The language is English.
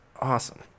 awesome